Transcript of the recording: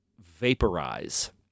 vaporize